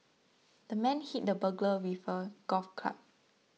the man hit the burglar with a golf club